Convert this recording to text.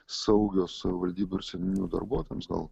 saugios savivaldybių ir seniūnijų darbuotojams gal